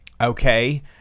Okay